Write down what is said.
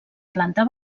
planta